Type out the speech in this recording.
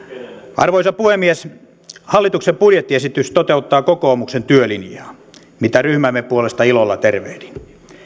arvoisa puhemies hallituksen budjettiesitys toteuttaa kokoomuksen työlinjaa mitä ryhmämme puolesta ilolla tervehdin